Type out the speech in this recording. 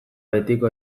betiko